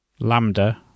Lambda